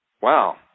wow